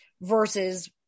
versus